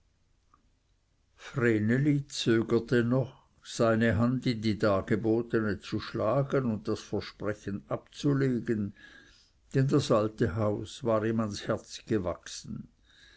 noch seine hand in die dargebotene zu schlagen und das versprechen abzulegen denn das alte haus war ihm ans herz gewachsen